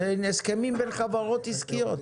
אלה הסכמים בין חברות עסקיות.